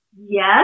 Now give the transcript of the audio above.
Yes